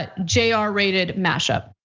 ah jr ah rated mashup.